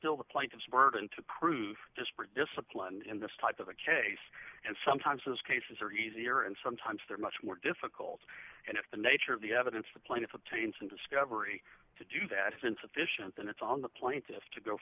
still the plaintiff's burden to prove disparate discipline in this type of a case and sometimes those cases are easier and sometimes they're much more difficult and if the nature of the evidence the plaintiff obtains in discovery to do that is insufficient then it's on the plaintiff to go